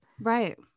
Right